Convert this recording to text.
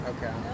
Okay